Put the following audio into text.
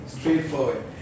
Straightforward